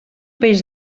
peix